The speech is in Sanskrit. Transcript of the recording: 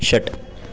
षट्